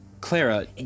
Clara